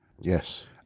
Yes